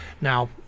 Now